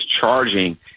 charging